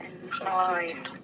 employed